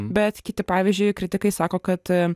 bet kiti pavyzdžiui kritikai sako kad